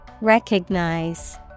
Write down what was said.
Recognize